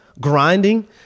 grinding